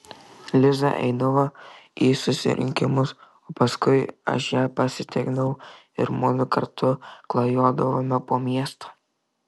liza eidavo į susirinkimus o paskui aš ją pasitikdavau ir mudu kartu klajodavome po miestą